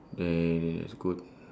there is good